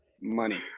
Money